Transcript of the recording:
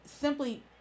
simply